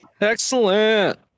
excellent